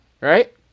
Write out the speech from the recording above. Right